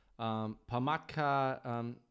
Pamaka